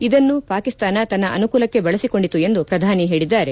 ಇದನ್ನು ಪಾಕಿಸ್ತಾನ ತನ್ನ ಅನುಕೂಲಕ್ಷೆ ಬಳಸಿಕೊಂಡಿತು ಎಂದು ಪ್ರಧಾನಿ ಹೇಳಿದ್ದಾರೆ